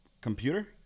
computer